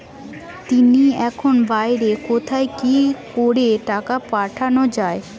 তিনি এখন বাইরে থাকায় কি করে টাকা পাঠানো য়ায়?